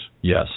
Yes